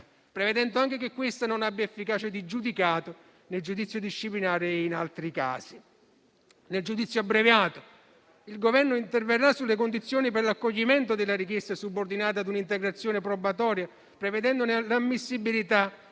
prevedendo anche che questa non abbia efficacia di giudicato nel giudizio disciplinare e in altri casi. Nel giudizio abbreviato il Governo interverrà sulle condizioni per l'accoglimento della richiesta subordinata a un'integrazione probatoria, prevedendone l'ammissibilità